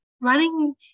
running